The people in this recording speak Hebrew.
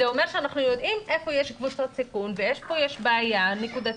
זה אומר שאנחנו יודעים איפה יש קבוצות סיכון ואיפה יש בעיה נקודתית,